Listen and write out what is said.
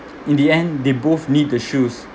in the end they both need the shoes